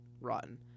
rotten